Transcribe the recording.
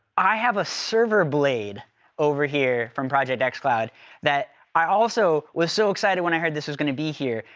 i have a server blade over here from project xcloud that i also was so excited when i heard this was gonna be here.